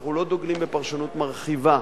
אנחנו לא דוגלים בפרשנות מרחיבה,